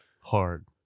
hard